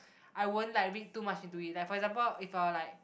I won't like read too much into it like for example if a like